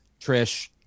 Trish